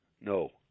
No